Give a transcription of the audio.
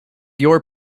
your